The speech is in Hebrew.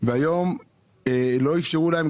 והיום לא אפשרו להם,